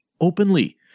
openly